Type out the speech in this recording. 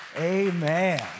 Amen